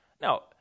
Now